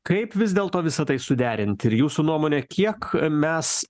kaip vis dėlto visa tai suderint ir jūsų nuomone kiek mes